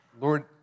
Lord